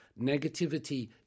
negativity